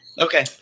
Okay